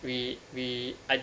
we we I